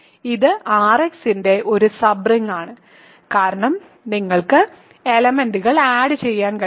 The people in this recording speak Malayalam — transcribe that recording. ഇത് Rx ന്റെ ഒരു സബ് റിങ്ങാണ് കാരണം നിങ്ങൾക്ക് എലെമെന്റുകൾ ആഡ് ചെയ്യാൻ കഴിയും